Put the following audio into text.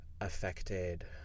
affected